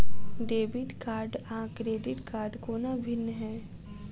Debit card आ credit कोना भिन्न है?